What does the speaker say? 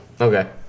Okay